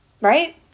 Right